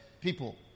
people